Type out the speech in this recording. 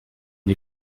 die